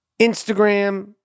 Instagram